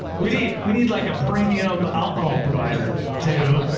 we need we need like a premium alcohol provider to